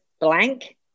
blank